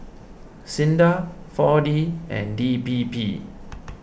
Sinda four D and D P P